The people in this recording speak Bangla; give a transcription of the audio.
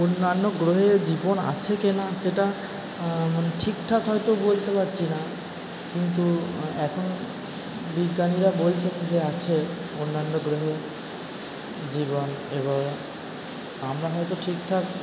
অন্যান্য গ্রহে জীবন আছে কি না সেটা ঠিকঠাক হয়তো বলতে পারছি না কিন্তু এখন বিজ্ঞানীরা বলছেন যে আছে অন্যান্য গ্রহে জীবন এবং আমরা হয়তো ঠিকঠাক